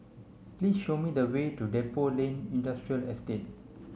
please show me the way to Depot Lane Industrial Estate